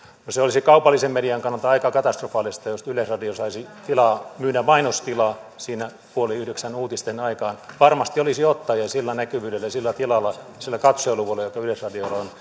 no se olisi kaupallisen median kannalta aika katastrofaalista jos yleisradio saisi myydä mainostilaa siinä puoli yhdeksän uutisten aikaan varmasti olisi ottajia sillä näkyvyydellä sillä tilalla sillä katsojaluvulla joka yleisradiolla on